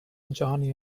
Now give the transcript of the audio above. johnny